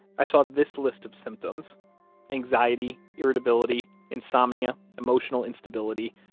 i saw this list of symptoms anxiety, irritability, insomnia, emotional instability,